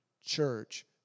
church